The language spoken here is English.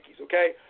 okay